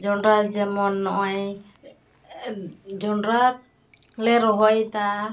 ᱡᱚᱱᱰᱨᱟ ᱡᱮᱢᱚᱱ ᱱᱚᱜᱼᱚᱸᱭ ᱡᱚᱱᱰᱨᱟ ᱞᱮ ᱨᱚᱦᱚᱭᱮᱫᱟ